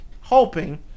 Hoping